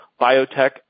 biotech